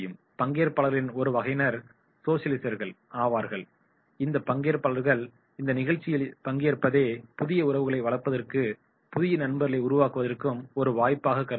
பங்கேற்பாளர்களின் ஒரு வகையினர் சோசலிசர்கள் ஆவார்கள் இந்த பங்கேற்பாளர்கள் இந்த நிகழ்ச்சியில் பங்கேற்ப்பதே புதிய உறவுகளை வளர்ப்பதற்கும் புதிய நண்பர்களை உருவாக்குவதற்கும் ஒரு வாய்ப்பாக கருதுகின்றனர்